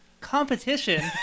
competition